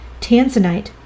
tanzanite